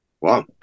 Wow